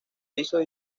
pisos